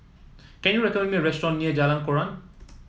can you recommend me a restaurant near Jalan Koran